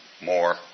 more